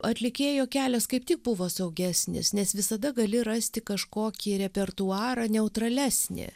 atlikėjo kelias kaip tik buvo saugesnis nes visada gali rasti kažkokį repertuarą neutralesnį